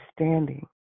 understanding